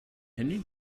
handy